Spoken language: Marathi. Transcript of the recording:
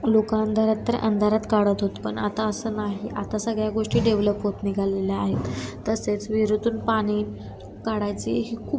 लोक अंधारात तर अंधारात काढत होते पण आता असं नाही आता सगळ्या गोष्टी डेव्हलप होत निघालेल्या आहेत तसेच विहिरीतून पाणी काढायची ही खूप